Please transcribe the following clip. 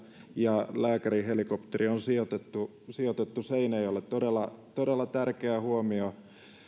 ja lääkärihelikopteri on sijoitettu sijoitettu seinäjoelle todella todella tärkeä huomio